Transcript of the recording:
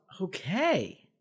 Okay